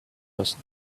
person